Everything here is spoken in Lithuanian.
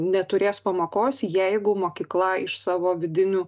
neturės pamokos jeigu mokykla iš savo vidinių